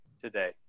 today